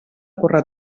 córrer